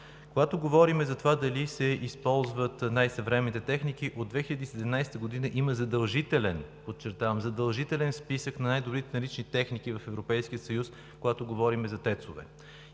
Когато говорим за това дали се използват най-съвременните техники, от 2017 г. има задължителен, подчертавам, задължителен списък на най-добрите налични техники в Европейския съюз, когато говорим за ТЕЦ-ове.